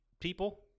people